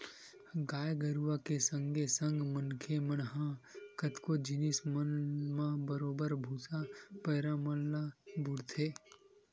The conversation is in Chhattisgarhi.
गाय गरुवा के संगे संग मनखे मन ह कतको जिनिस मन म बरोबर भुसा, पैरा मन ल बउरथे